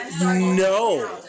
No